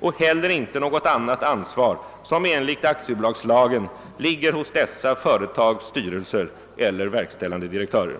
och heller inte något annat ansvar som enligt aktiebolagslagen ligger hos dessa företags styrelse eller verkställande direktör.